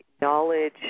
knowledge